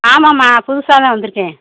ஆமாம்மா புதுசாகதான் வந்திருக்கேன்